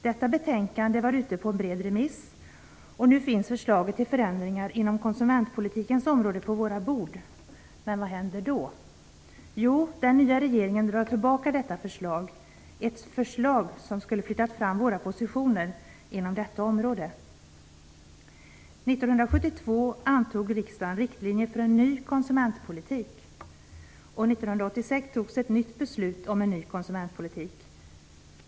Detta betänkande var sedan ute på remiss. Nu finns förslagen till förändringar inom konsumentpolitikens område på riksdagens bord, men vad händer då? Jo, den nya regeringen drar tillbaka detta förslag som skulle ha flyttat fram våra positioner på detta område. 1972 antog riksdagen riktlinjer för en ny konsumentpolitik, och 1986 fattades ett nytt beslut om en ny konsumentpolitik.